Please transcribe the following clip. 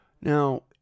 Now